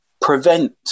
prevent